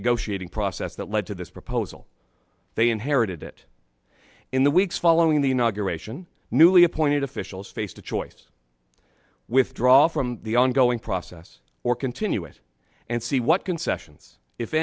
negotiating process that led to this proposal they inherited it in the weeks following the inauguration newly appointed officials faced a choice withdraw from the ongoing process or continue it and see what concessions if